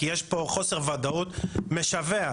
כי יש פה חוסר וודאות משווע.